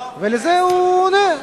והוא עונה,